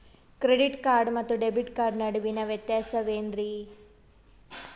Credit card ಮತ್ತು debit card ನಡುವಿನ ವ್ಯತ್ಯಾಸ ವೇನ್ರೀ?